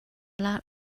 lot